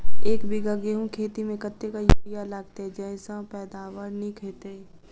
एक बीघा गेंहूँ खेती मे कतेक यूरिया लागतै जयसँ पैदावार नीक हेतइ?